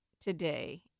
today